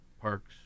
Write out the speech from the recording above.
parks